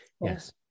Yes